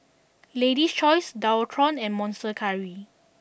Lady's Choice Dualtron and Monster Curry